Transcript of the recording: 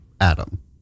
Adam